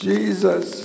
Jesus